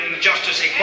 justice